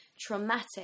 traumatic